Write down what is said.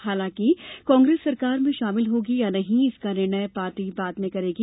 हालांकि कांग्रेस सरकार में शामिल होगी या नहीं इसका निर्णय पार्टी बाद में करेगी